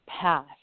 path